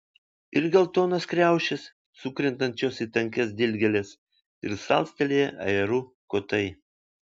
ir geltonos kriaušės sukrentančios į tankias dilgėles ir salstelėję ajerų kotai